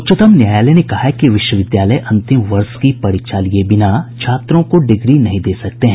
उच्चतम न्यायालय ने कहा है कि विश्वविद्यालय अंतिम वर्ष की परीक्षा लिये बिना छात्रों को डिग्री नहीं दे सकते हैं